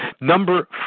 number